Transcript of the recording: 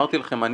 אמרתי לכם,